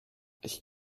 ich